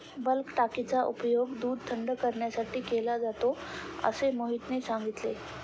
bulk टाकीचा उपयोग दूध थंड करण्यासाठी केला जातो असे मोहितने सांगितले